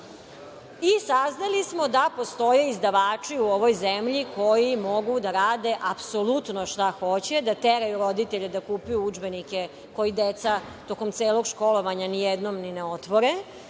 zahteva. Saznali smo da postoje izdavači u ovoj zemlji koji mogu da rade apsolutno šta hoće, da teraju roditelje da kupuju udžbenike koje deca tokom celog školovanja nijednom ni ne otvore